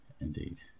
indeed